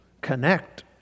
connect